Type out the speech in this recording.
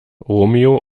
romeo